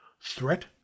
Threat